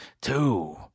Two